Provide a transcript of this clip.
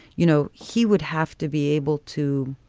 you know, he would have to be able to.